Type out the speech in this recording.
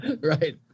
right